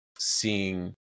seeing